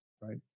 right